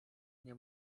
nie